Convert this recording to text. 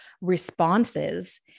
responses